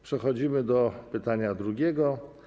Przechodzimy do pytania drugiego.